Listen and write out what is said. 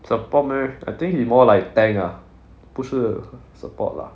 support meh I think he more like tank ah 不是 support lah